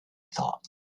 thought